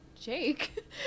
Jake